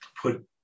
put